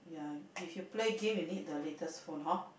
yeah if you play game you need the latest phone hor